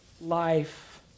life